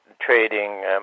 trading